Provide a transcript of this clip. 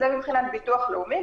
זה מבחינת הביטוח הלאומי,